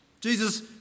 Jesus